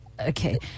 okay